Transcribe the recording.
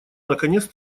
наконец